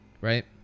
right